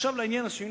עכשיו, לעניין השני.